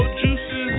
juices